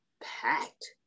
packed